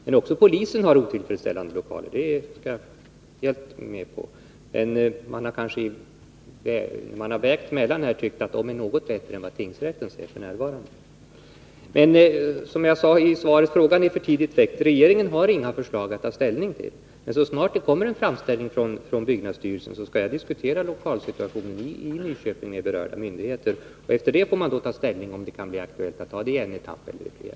Men också polisen har otillfredsställande lokaler — det medger jag. I sina överväganden har man emellertid funnit att polisens lokaler dock är något bättre än tingsrättens. Som jag sade i svaret är frågan för tidigt väckt. Regeringen har inga förslag att ta ställning till. Så snart det kommer en framställning från byggnadsstyrelsen skall jag diskutera lokalsituationen i Nyköping med berörda myndigheter. Därefter får vi ta ställning till om byggandet skall ske i en etapp eller i flera etapper.